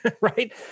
right